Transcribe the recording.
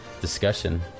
discussion